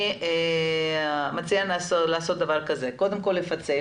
ולכן אני מציעה קודם כל לפצל.